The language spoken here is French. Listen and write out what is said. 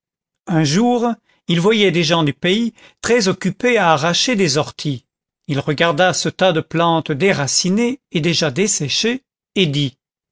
un jour il voyait des gens du pays très occupés à arracher des orties il regarda ce tas de plantes déracinées et déjà desséchées et dit